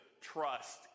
trust